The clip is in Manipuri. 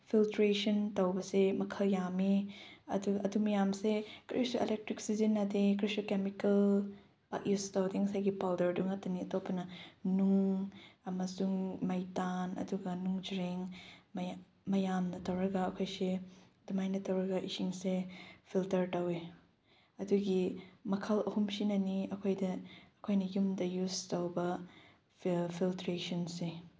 ꯐꯤꯜꯇ꯭ꯔꯦꯁꯟ ꯇꯧꯕꯁꯦ ꯃꯈꯜ ꯌꯥꯝꯃꯤ ꯑꯗꯨ ꯑꯗꯨ ꯃꯌꯥꯝꯁꯦ ꯀꯔꯤꯁꯨ ꯑꯦꯂꯦꯛꯇ꯭ꯔꯤꯛ ꯁꯤꯖꯤꯟꯅꯗꯦ ꯀꯔꯤꯁꯨ ꯀꯦꯃꯤꯀꯜ ꯄꯥꯛ ꯌꯨꯁ ꯇꯧꯗꯦ ꯉꯁꯥꯏꯒꯤ ꯄꯥꯎꯗꯔꯗꯨ ꯉꯥꯛꯇꯅꯤ ꯑꯇꯣꯞꯄꯅ ꯅꯨꯡ ꯑꯃꯁꯨꯡ ꯃꯩꯇꯥꯟ ꯑꯗꯨꯒ ꯅꯨꯡꯖ꯭ꯔꯦꯡ ꯃꯌꯥꯝꯅ ꯇꯧꯔꯒ ꯑꯩꯈꯣꯏꯁꯦ ꯑꯗꯨꯃꯥꯏꯅ ꯇꯧꯔꯒ ꯏꯁꯤꯡꯁꯦ ꯐꯤꯜꯇꯔ ꯇꯧꯋꯤ ꯑꯗꯨꯒꯤ ꯃꯈꯜ ꯑꯍꯨꯝꯁꯤꯅꯅꯤ ꯑꯩꯈꯣꯏꯗ ꯑꯩꯈꯣꯏꯅ ꯌꯨꯝꯗ ꯌꯨꯁ ꯇꯧꯕ ꯐꯤꯜꯇ꯭ꯔꯦꯁꯟꯁꯦ